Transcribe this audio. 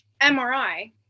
MRI